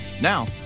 Now